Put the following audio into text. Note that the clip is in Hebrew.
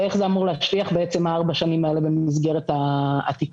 ואיך אמורות להשליך ארבע השנים האלה במסגרת התיקון.